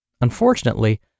Unfortunately